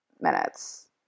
minutes